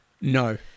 No